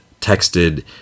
texted